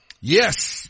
Yes